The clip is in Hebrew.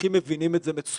האזרחים מבינים את זה מצוין,